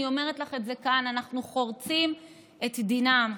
אני אומרת לך את זה כאן: אנחנו חורצים את דינם.